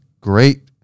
great